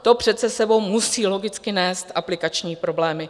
To přece s sebou musí logicky nést aplikační problémy.